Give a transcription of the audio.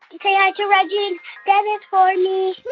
hi ah to reggie and dennis for me